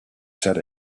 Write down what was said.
said